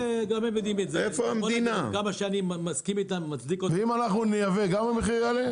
ואם אנחנו נייבא, גם המחיר יעלה?